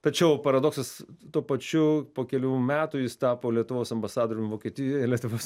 tačiau paradoksas tuo pačiu po kelių metų jis tapo lietuvos ambasadorium vokietijoje lietuvos